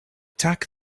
tack